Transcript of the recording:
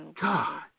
God